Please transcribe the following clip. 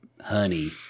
honey